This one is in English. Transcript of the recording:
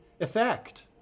effect